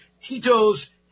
Tito's